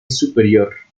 superior